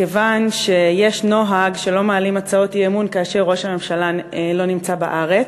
מכיוון שיש נוהג שלא מעלים הצעות אי-אמון כאשר ראש הממשלה לא נמצא בארץ.